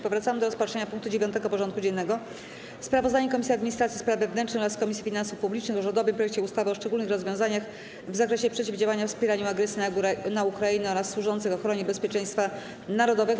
Powracamy do rozpatrzenia punktu 9. porządku dziennego: Sprawozdanie Komisji Administracji i Spraw Wewnętrznych oraz Komisji Finansów Publicznych o rządowym projekcie ustawy o szczególnych rozwiązaniach w zakresie przeciwdziałania wspieraniu agresji na Ukrainę oraz służących ochronie bezpieczeństwa narodowego.